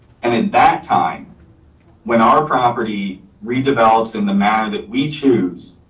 and at that time when our property redevelops in the matter that we choose,